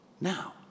Now